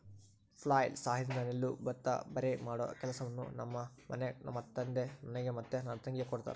flail ಸಹಾಯದಿಂದ ನೆಲ್ಲು ಭತ್ತ ಭೇರೆಮಾಡೊ ಕೆಲಸವನ್ನ ನಮ್ಮ ಮನೆಗ ನಮ್ಮ ತಂದೆ ನನಗೆ ಮತ್ತೆ ನನ್ನ ತಂಗಿಗೆ ಕೊಡ್ತಾರಾ